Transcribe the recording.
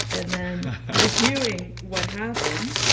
and then reviewing what happened,